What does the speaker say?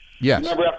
Yes